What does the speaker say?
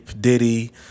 Diddy